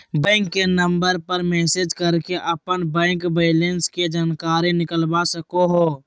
bank के number पर message करके अपन बैंक बैलेंस के जानकारी निकलवा सको हो